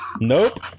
Nope